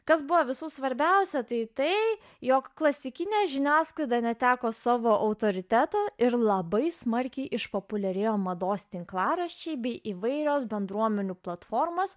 kas buvo visų svarbiausia tai tai jog klasikinė žiniasklaida neteko savo autoriteto ir labai smarkiai išpopuliarėjo mados tinklaraščiai bei įvairios bendruomenių platformos